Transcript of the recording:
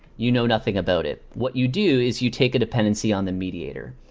you know nothing about it. what you do is you take a dependency on the mediator.